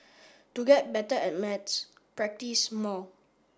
to get better at maths practise more